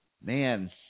Man